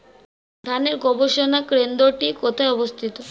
ধানের গবষণা কেন্দ্রটি কোথায় অবস্থিত?